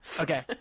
Okay